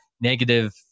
negative